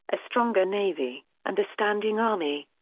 a stronger navy, and a standing army.